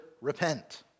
repent